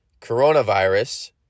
coronavirus